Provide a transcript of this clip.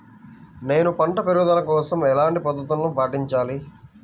నేను పంట పెరుగుదల కోసం ఎలాంటి పద్దతులను పాటించాలి?